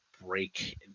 break